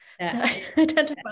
identify